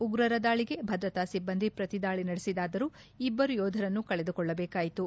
ಉಗ್ರರ ದಾಳಿಗೆ ಭದ್ರತಾ ಸಿಬ್ಬಂದಿ ಪ್ರತಿದಾಳಿ ನಡೆಸಿದರಾದರೂ ಇಬ್ಬರು ಯೋಧರನ್ನು ಕಳೆದುಕೊಳ್ಳಬೇಕಾಯಿತು